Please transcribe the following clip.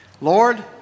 Lord